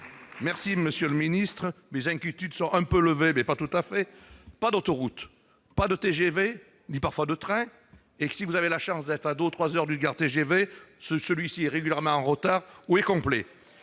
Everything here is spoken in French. remercie, monsieur le ministre d'État, mes inquiétudes sont un peu levées, mais pas tout à fait. Pas d'autoroute, pas de TGV, parfois pas même de train- si vous avez la chance d'être à deux ou trois heures d'une gare de TGV, celui-ci est régulièrement en retard et souvent complet